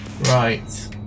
Right